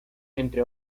entre